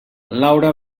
laura